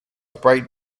bright